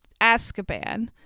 Azkaban